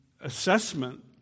assessment